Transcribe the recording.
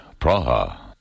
Praha